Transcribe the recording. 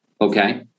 okay